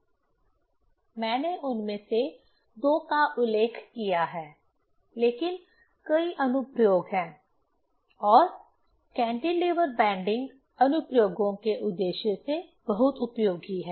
मैंने उनमें से दो का उल्लेख किया है लेकिन कई अनुप्रयोग हैं और कैंटिलीवर बैंडिंग अनुप्रयोगों के उद्देश्य से बहुत उपयोगी है